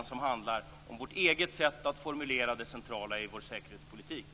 och som handlar om vårt eget sätt att formulera det centrala i vår säkerhetspolitik.